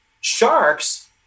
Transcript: Sharks